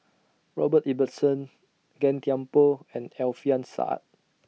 Robert Ibbetson Gan Thiam Poh and Alfian Sa'at